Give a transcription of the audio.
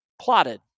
plotted